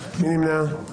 הצבעה לא אושרו.